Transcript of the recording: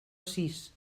sis